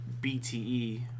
BTE